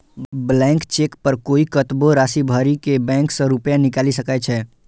blank cheque पर कोइ कतबो राशि भरि के बैंक सं रुपैया निकालि सकै छै